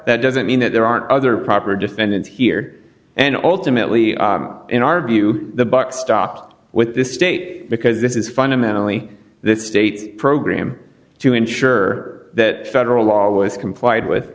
that doesn't mean that there aren't other proper defendants here and ultimately in our view the buck stopped with this state because this is fundamentally this is a program to ensure that federal law was complied with